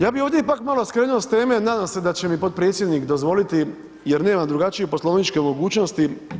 Ja bih ovdje ipak malo skrenuo sa teme, nadam se da će mi potpredsjednik dozvoliti jer nemam drugačije poslovničke mogućnosti.